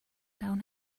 down